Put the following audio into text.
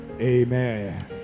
amen